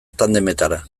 tandemetara